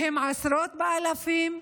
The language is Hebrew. והם עשרות אלפים,